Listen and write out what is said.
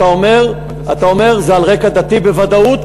אתה אומר: זה על רקע דתי בוודאות,